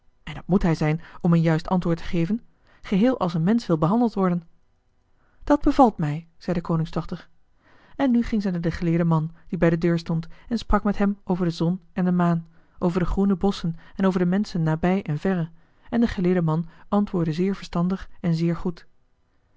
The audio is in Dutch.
en dat moet hij zijn om een juist antwoord te geven geheel als een mensch wil behandeld worden dat bevalt mij zei de koningsdochter en nu ging zij naar den geleerden man die bij de deur stond en sprak met hem over de zon en de maan over de groene bosschen en over de menschen nabij en verre en de geleerde man antwoordde zeer verstandig en zeer goed